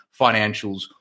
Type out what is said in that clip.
financials